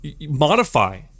modify